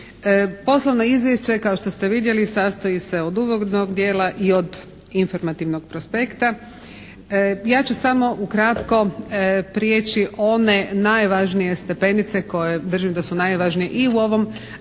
Poslovno izvješće kao što ste vidjeli sastoji se od uvodnog dijela i od informativnog prospekta. Ja ću samo ukratko prijeći one najvažnije stepenice koje držim da su najvažnije i u ovom